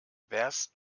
wärst